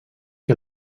que